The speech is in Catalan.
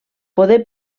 poder